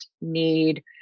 need